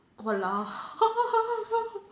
!walao!